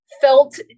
felt